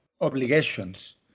obligations